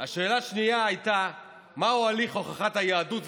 השאלה השנייה הייתה מהו הליך הוכחת היהדות,